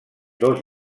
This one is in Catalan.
dos